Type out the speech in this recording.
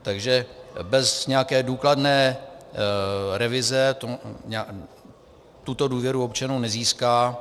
Takže bez nějaké důkladné revize tuto důvěru občanů nezíská.